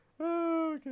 okay